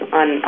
on